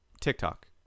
TikTok